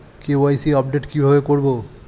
KYC update কি ভাবে করবো?